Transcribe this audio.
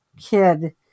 kid